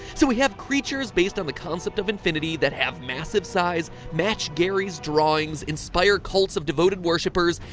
so we have creatures based on the concept of infinity that have massive size, match gary's drawings, inspire cults of devoted worshipers,